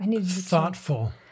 Thoughtful